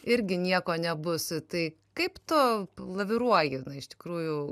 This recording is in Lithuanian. irgi nieko nebus tai kaip tu laviruoji iš tikrųjų